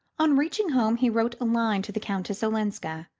on reaching home he wrote a line to the countess olenska,